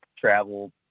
travel